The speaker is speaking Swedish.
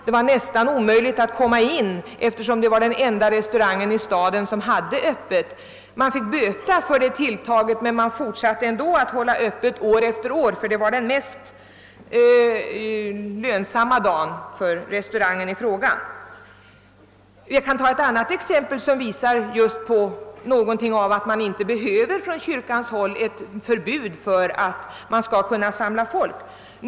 Då var det nästan omöjligt att komma in där, eftersom restaurangen var den enda i staden som höll öppet. Ägaren fick böta för sitt tilltag men fortsatte ändå år efter år att ha öppet på långfredagen, eftersom det var den mest lönsamma dagen på hela året. Jag kan ta ett annat exempelsom visar att man från kyrkans hållinte behöver ha något nöjesförbud för att kunna samla människor.